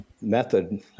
method